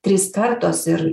trys kartos ir